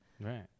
right